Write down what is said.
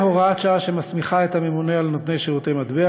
הוראת שעה מסמיכה את הממונה על נותני שירותי מטבע